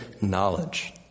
knowledge